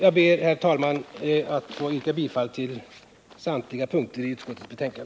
Jag ber, herr talman, att få yrka bifall till samtliga punkter i utskottets hemställan.